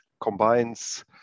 combines